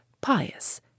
pious